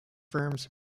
firms